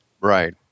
Right